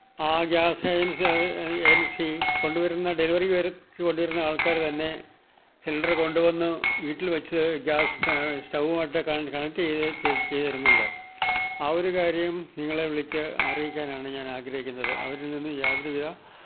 ആ ഗ്യാസേജന്സി അത് ഏജന്സി കൊണ്ടുവരുന്ന ഡെലിവറി വര് കൊണ്ടുവരുന്ന ആള്ക്കാര് തന്നെ സിലിണ്ടര് കൊണ്ടുവന്ന് വീട്ടില്വച്ച് ഗ്യാസ് സ്റ്റൗവായിട്ട് കണക്റ്റ് ചെയ്ത് ചെയ്ത് തരുന്നുണ്ട് ആ ഒരു കാര്യം നിങ്ങളെ വിളിച്ച് അറിയിക്കാനാണ് ഞാനാഗ്രഹിക്കുന്നത് അവരില്നിന്നും യാതൊരുവിധ